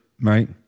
Right